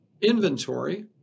inventory